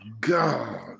god